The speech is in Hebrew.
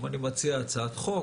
אם אני מציע הצעת חוק,